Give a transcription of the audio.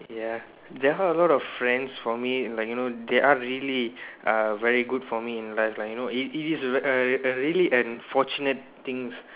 ya there are a lot of friends for me like you know they are really uh very good for me in life lah you know if if it's a it's a a really an fortunate things